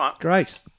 great